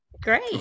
Great